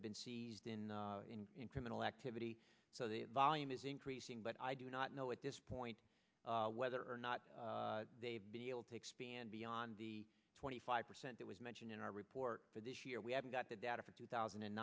have been seized in criminal activity so the volume is increasing but i do not know at this point whether or not they have been able to expand beyond the twenty five percent that was mentioned in our report but this year we haven't got the data for two thousand and